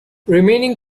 remaining